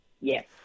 Yes